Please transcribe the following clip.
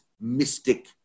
mystic